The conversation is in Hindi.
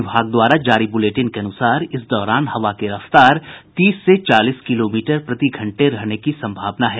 विभाग द्वारा जारी बुलेटिन के अनुसार इस दौरान हवा की रफ्तार तीस से चालीस किलोमीटर प्रति घंटा रहने की सम्भावना है